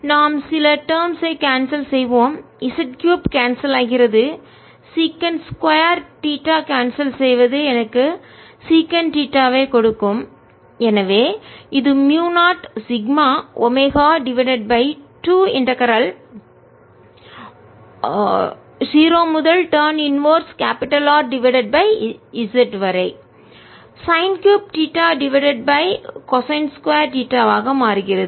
நாம் சில டெர்ம்ஸ் ஐ கான்செல் செய்வோம் Z கியூப் கான்செல் ஆகிறது சீகாண்ட் 2 தீட்டா கான்செல் செய்வது எனக்கு சீகாண்ட் தீட்டாவைக் கொடுக்கும் எனவே இது mu 0 sigma omega divided by 2 integral ஒருங்கிணைப்பின் 0 முதல் டான் இன்வெர்ஸ் தலைகீழ் R டிவைடட் பை z வரை sine 3 theta divided by cosine 2 theta மாறுகிறது